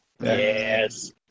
Yes